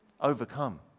Overcome